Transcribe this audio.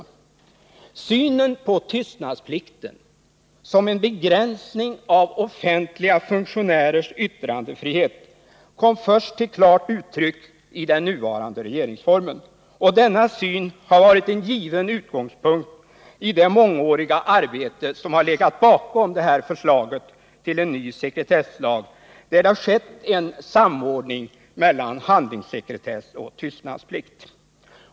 5; Synen på tystnadsplikten som en begränsning av offentliga funktionärers yttrandefrihet kom till klart uttryck först i den nuvarande regeringsformen. Och denna syn har varit en given utgångspunkt i det mångåriga arbete som legat bakom förslaget till ny sekretesslag, där det skett en samordning mellan handlingssekretess och tystnadsplikt.